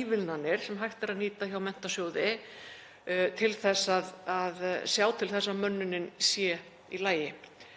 ívilnanir sem hægt er að nýta hjá Menntasjóði til að sjá til þess að mönnunin sé í lagi.